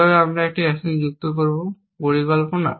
কীভাবে আমরা একটি অ্যাকশন যুক্ত করব পরিকল্পনা